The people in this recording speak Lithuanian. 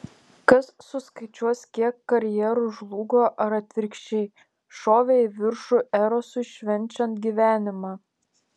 kas suskaičiuos kiek karjerų žlugo ar atvirkščiai šovė į viršų erosui švenčiant gyvenimą